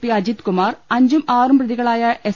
P Ajith Kumar അഞ്ചും ആറും പ്രതികളായ എസ്